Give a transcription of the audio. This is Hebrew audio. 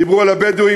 דיברו על הבדואים,